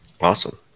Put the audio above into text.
Awesome